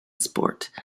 sport